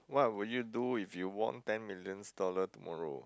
what would you do if you won ten millions dollar tomorrow